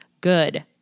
Good